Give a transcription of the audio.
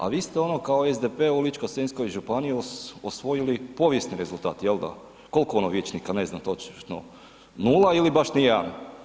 A vi ste ono kao SDP u Ličko-senjskoj županiji osvojili povijesni rezultat, je li da, koliko ono vijećnika, ne znam točno, 0 ili baš ni jedan?